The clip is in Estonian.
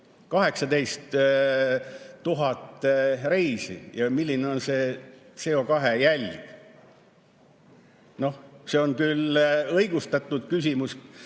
18 000 reisi. Milline on see CO2jälg? See on küll õigustatud küsimus